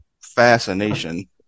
fascination